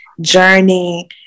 journey